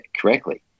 correctly